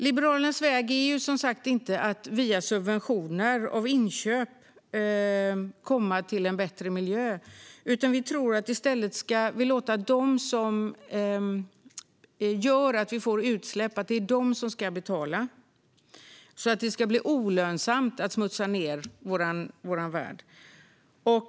Liberalernas väg är inte att via subventioner av inköp skapa en bättre miljö, utan vi tror att vi i stället ska låta dem som står för utsläppen betala så att det därmed blir olönsamt att smutsa ned vår värld.